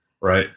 right